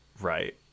Right